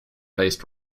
based